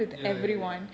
ya ya ya